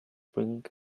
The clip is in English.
bring